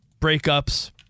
breakups